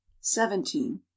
seventeen